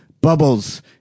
Bubbles